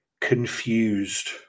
confused